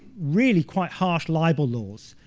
really quite harsh libel laws.